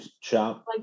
shop